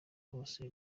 hose